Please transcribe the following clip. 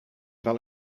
wel